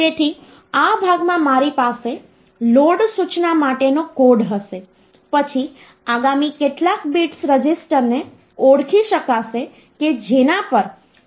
તેથી આ ભાગમાં મારી પાસે લોડ સૂચના માટેનો કોડ હશે પછી આગામી કેટલાક બિટ્સ રજિસ્ટરને ઓળખી શકશે કે જેના પર તમે લોડ કરવા માંગો છો